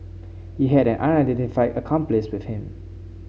he had an unidentified accomplice with him